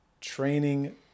training